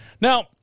Now